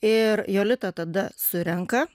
ir jolita tada surenka